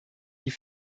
die